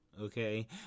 okay